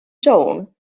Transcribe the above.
john